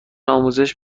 آموزش